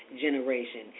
generation